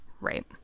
Right